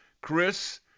Chris